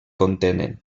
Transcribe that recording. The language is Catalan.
contenen